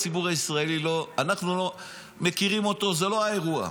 אנחנו מכירים אותו, זה לא האירוע.